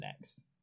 next